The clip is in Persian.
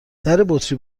دربطری